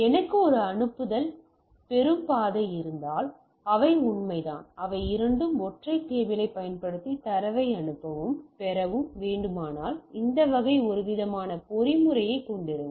எனக்கு ஒரு அனுப்புதல் பெறும் பாதை இருந்தால் அவை உண்மைதான் அவை இரண்டும் ஒற்றை கேபிளைப் பயன்படுத்தி தரவை அனுப்பவும் பெறவும் வேண்டுமானால் அந்த வகை ஒருவிதமான பொறிமுறையைக் கொண்டிருங்கள்